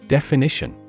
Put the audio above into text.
Definition